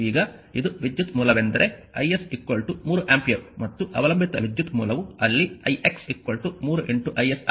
ಈಗ ಇದು ವಿದ್ಯುತ್ ಮೂಲವೆಂದರೆ i s 3 ಆಂಪಿಯರ್ ಮತ್ತು ಅವಲಂಬಿತ ವಿದ್ಯುತ್ ಮೂಲವು ಅಲ್ಲಿ ix 3 is ಆಗಿದೆ